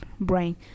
brain